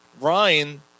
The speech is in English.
Ryan